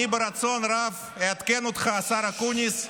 אני ברצון רב אעדכן אותך, השר אקוניס,